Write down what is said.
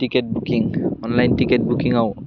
thicket booking online ticket बुकिङाव